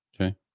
Okay